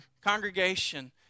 Congregation